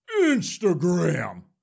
Instagram